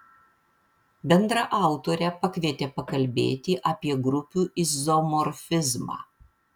bendraautorę pakvietė pakalbėti apie grupių izomorfizmą